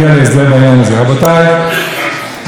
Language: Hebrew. אף תלמיד ישיבה לא יגויס לצבא,